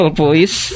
police